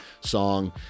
song